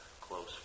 close